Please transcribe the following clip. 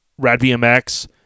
RadVMX